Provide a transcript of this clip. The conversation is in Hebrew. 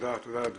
תודה על הדברים.